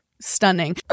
stunning